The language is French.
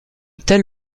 tel